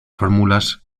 fórmulas